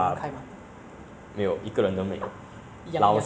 so I think it'll be ev~ it'll be better lah unno we can